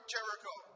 Jericho